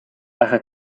baja